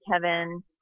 Kevin